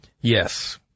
Yes